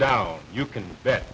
down you can bet